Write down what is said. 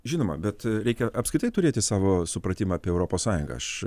žinoma bet reikia apskritai turėti savo supratimą apie europos sąjungą aš